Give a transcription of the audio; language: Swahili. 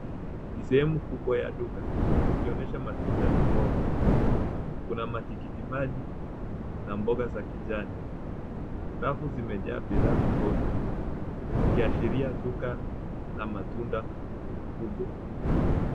Ni sehemu kubwa ya duka ikionyesha matunda na mboga. Kuna matikiti maji na mboga za kijani. Rafu zimejaa bidhaa tofauti ikiashiria duka la matunda kubwa.